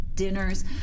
dinners